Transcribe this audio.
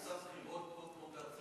את רוצה בחירות כמו בארצות-הברית?